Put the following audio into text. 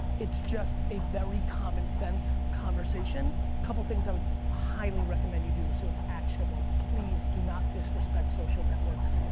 it's just a very common sense conversation. a couple things i would highly recommend you do so it's actionable. please do not disrespect social networks.